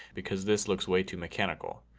because this looks way too mechanical.